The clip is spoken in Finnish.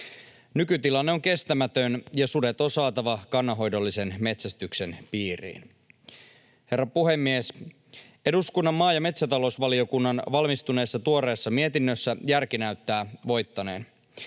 Nykytilanne on kestämätön, ja sudet on saatava kannanhoidollisen metsästyksen piiriin. Herra puhemies! Eduskunnan maa- ja metsätalousvaliokunnan valmistuneessa tuoreessa mietinnössä järki näyttää voittaneen.